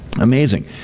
Amazing